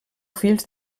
fills